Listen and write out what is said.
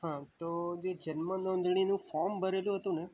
હા તો જે જન્મ નોંધણીનું ફોર્મ ભરેલું હતું ને